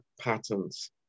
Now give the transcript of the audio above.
patterns